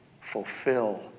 fulfill